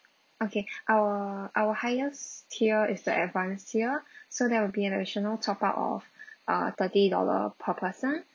okay our our highest tier is the advanced tier so there will be an additional top-up of uh thirty dollar per person